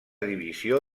divisió